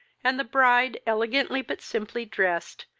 and the bride, elegantly but simply dressed,